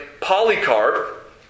Polycarp